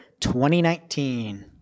2019